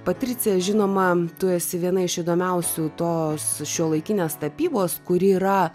patricija žinoma tu esi viena iš įdomiausių tos šiuolaikinės tapybos kuri yra